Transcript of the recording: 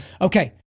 Okay